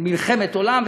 מלחמת עולם ותגיד: